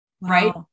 right